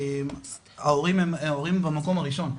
ההורים הם במקום הראשון,